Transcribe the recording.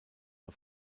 den